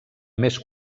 més